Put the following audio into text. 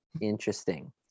Interesting